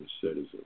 citizen